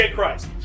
Christ